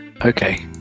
Okay